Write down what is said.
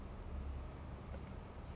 people don't like to talk to him so